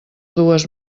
dues